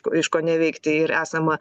iškoneveikti ir esamą